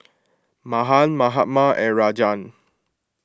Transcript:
Mahan Mahatma and Rajan